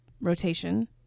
Rotation